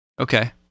Okay